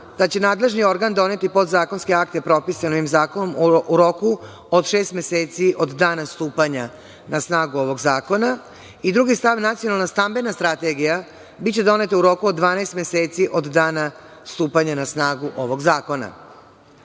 da će nadležni organ doneti podzakonske akte propisane ovim zakonom u roku od šest meseci od dana stupanja na snagu ovog zakona i, drugi stav, nacionalna stambena strategija biće doneta u roku od 12 meseci od dana stupanja na snagu ovog zakona.